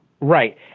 Right